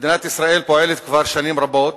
מדינת ישראל פועלת כבר שנים רבות,